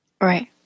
right